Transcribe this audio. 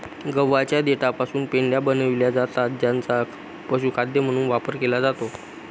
गव्हाच्या देठापासून पेंढ्या बनविल्या जातात ज्यांचा पशुखाद्य म्हणून वापर केला जातो